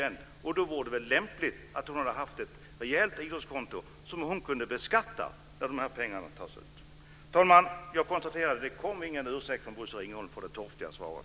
Då hade det väl varit lämpligt att hon hade haft ett rejält idrottskonto som kunde beskattas när pengarna togs ut. Herr talman! Jag konstaterar att det inte kom någon ursäkt från Bosse Ringholm för det torftiga svaret.